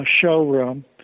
showroom